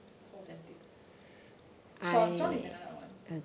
so damn thick sean sean is another one